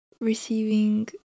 receiving